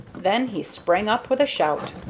then he sprang up with a shout.